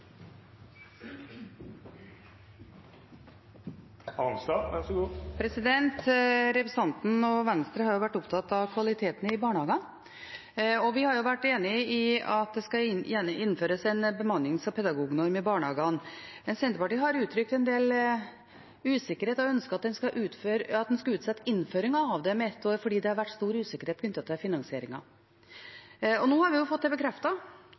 Representanten Melby og Venstre har vært opptatt av kvaliteten i barnehagene, og vi har vært enige om at det skal innføres en bemannings- og pedagognorm i barnehagene. Men Senterpartiet har uttrykt en del usikkerhet og har ønsket at en skulle utsette innføringen av dette med ett år, fordi det har vært stor usikkerhet knyttet til finansieringen. Og nå har vi jo fått det